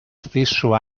stesso